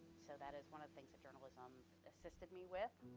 so that is one of the things that journalism assisted me with,